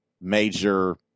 major